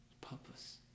purpose